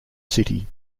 city